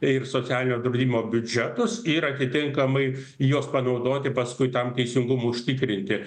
ir socialinio draudimo biudžetas ir atitinkamai juos panaudoti ir paskui tam teisingumui užtikrinti